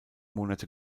monate